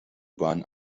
bahn